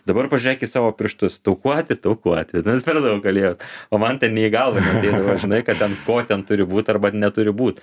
dabar pažiūrėk į savo pirštus taukuoti taukuoti nes per daug aliejaus o man ten nei į galvą neateidavo žinai kad ten ko ten turi būt arba neturi būt